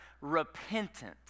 repentant